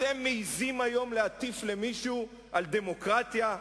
אתם מעזים היום להטיף למישהו על דמוקרטיה,